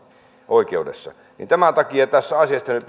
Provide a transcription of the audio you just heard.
oikeudessa tämän takia tästä asiasta